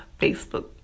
Facebook